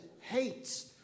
hates